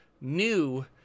new